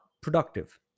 productive